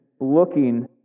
looking